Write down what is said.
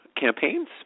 campaigns